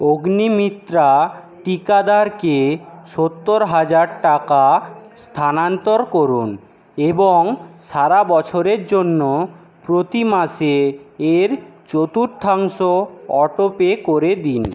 অগ্নিমিত্রা টিকাদারকে সত্তর হাজার টাকা স্থানান্তর করুন এবং সারা বছরের জন্য প্রতি মাসে এর চতুর্থাংশ অটোপে করে দিন